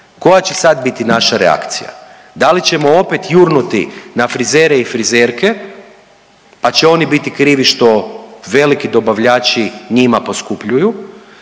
koja će sad biti naša reakcija? Da li ćemo opet jurnuti na frizere i frizerke pa će oni biti krivi što veliki dobavljači njima poskupljuju